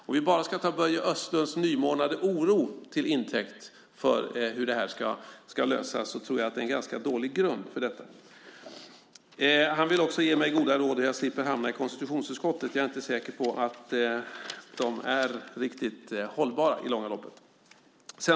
Att bara ta Börje Vestlunds nymornade oro till intäkt för hur detta ska lösas är en ganska dålig grund. Han vill också ge mig goda råd om hur jag ska slippa att hamna i konstitutionsutskottet. Jag är inte säker på att de är riktigt hållbara i det långa loppet.